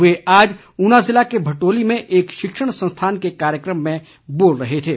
वे आज ऊना ज़िले के भटोली में एक शिक्षण संस्थान के कार्यक्रम में बोल रहे थे